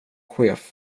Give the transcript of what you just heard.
chef